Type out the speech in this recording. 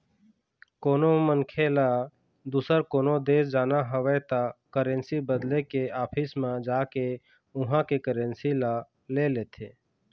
कोनो मनखे ल दुसर कोनो देश जाना हवय त करेंसी बदले के ऑफिस म जाके उहाँ के करेंसी ल ले लेथे